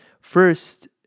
first